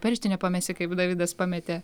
perštinę pamesi kaip davidas pametė